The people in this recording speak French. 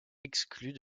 exclus